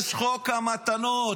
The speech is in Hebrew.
יש חוק המתנות.